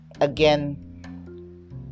again